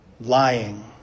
lying